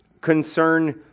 concern